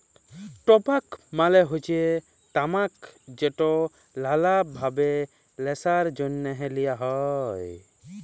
টবাক মালে হচ্যে তামাক যেট লালা ভাবে ল্যাশার জ্যনহে লিয়া হ্যয়